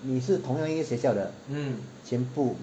你是同样一个学校的全部